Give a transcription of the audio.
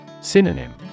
Synonym